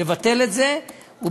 לבטל את זה.